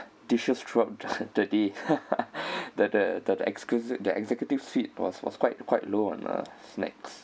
dishes throughout the day the the the exclusive the executive suite was was quite quite low on uh snacks